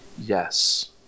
yes